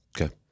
Okay